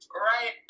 right